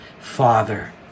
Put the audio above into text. Father